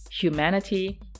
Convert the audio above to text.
humanity